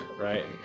Right